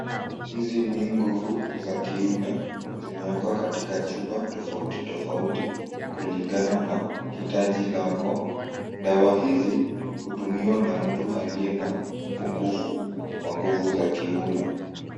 Hizi ni nguvu za kiume, zimewekwa katika chupa tofauti tofauti kulingana na hitaji lako. Dawa hizi hutumiwa na mtu aliye na upungufu wa nguvu za kiume.